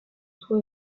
soi